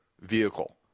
vehicle